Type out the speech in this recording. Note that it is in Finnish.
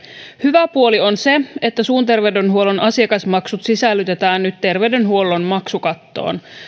hyvä puoli on se että suun terveydenhuollon asiakasmaksut sisällytetään nyt terveydenhuollon maksukattoon